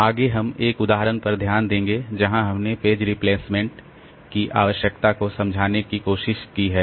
आगे हम एक उदाहरण पर ध्यान देंगे जहाँ हमने पेज रिप्लेसमेंट की आवश्यकता को समझाने की कोशिश की है